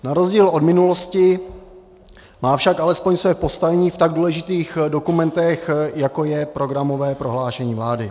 Na rozdíl od minulosti má však alespoň své postavení v tak důležitých dokumentech, jako je programové prohlášení vlády.